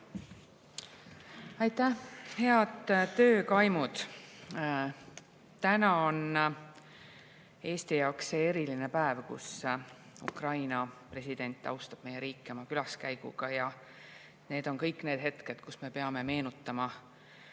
Aitäh! Head töökaimud! Täna on Eesti jaoks see eriline päev, kui Ukraina president austab meie riiki oma külaskäiguga. See on see hetk, kui me peame meenutama